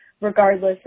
regardless